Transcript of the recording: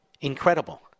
incredible